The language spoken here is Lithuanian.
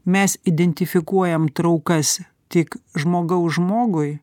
mes identifikuojam traukas tik žmogaus žmogui